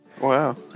Wow